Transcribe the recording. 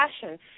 passion